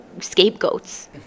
Scapegoats